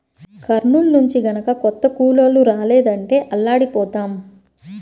కర్నూలు నుంచి గనక కొత్త కూలోళ్ళు రాలేదంటే అల్లాడిపోతాం